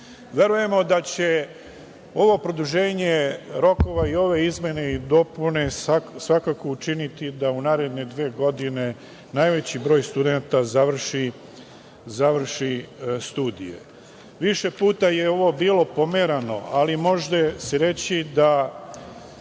položaju. Verujemo da će ovo produženje rokova i ove izmene i dopune svakako učiniti da u naredne dve godine najveći broj studenata završi studije. Više puta je ovo bilo pomerano, ali može se reći da